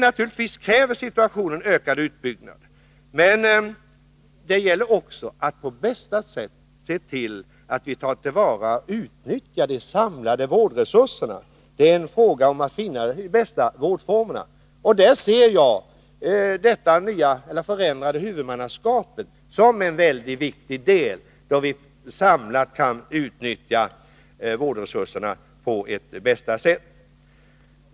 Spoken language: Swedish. Naturligtvis kräver situationen en ökad utbyggnad, men det gäller också att på bästa sätt se till att vi tar till vara och utnyttjar de samlade vårdresurserna. Det är en fråga om att finna de bästa vårdformerna. Jag ser det förändrade huvudmannaskapet som en väldigt viktig del, då vi samlat kan utnyttja vårdresurserna på bästa sätt.